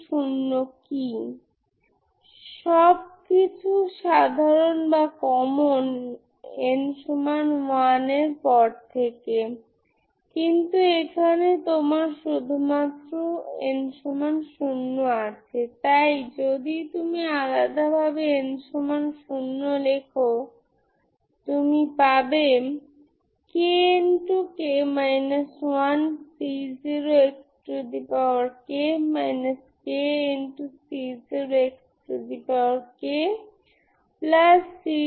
সুতরাং এটি সাধারণ সমাধান আবার যদি আপনি সাধারণ সমাধান খুঁজছেনk2 20 K±μ তখন অপিনি পাবেন yxc1eμxc2e μx সুতরাং 2 2 হল নেগেটিভ মিউ μ সবসময় পসিটিভ